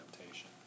adaptation